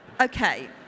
Okay